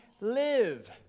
live